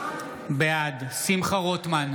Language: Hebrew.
בעד שמחה רוטמן,